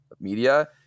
media